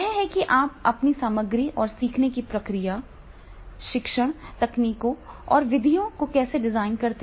यह है कि आप अपनी सामग्री और सीखने की प्रक्रिया शिक्षण तकनीकों और विधियों को कैसे डिजाइन करते हैं